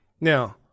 Now